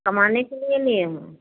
कमाने के लिए लिए हो